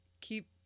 keep